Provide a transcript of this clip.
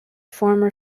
former